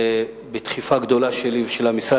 בדחיפה גדולה שלי ושל המשרד,